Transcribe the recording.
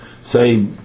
say